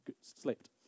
slept